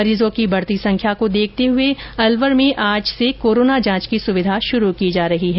मरीजों की बढ़ती संख्या को देखते हुए अलवर में आज से कोरोना जांच की सुविधा शुरू की जा रही है